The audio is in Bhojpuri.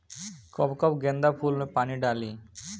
कब कब गेंदा फुल में पानी डाली?